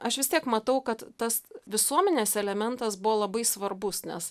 aš vis tiek matau kad tas visuomenės elementas buvo labai svarbus nes